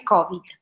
Covid